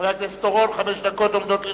חבר הכנסת אורון, חמש דקות עומדות לרשותך.